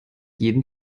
jeden